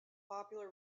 popular